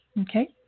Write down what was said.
Okay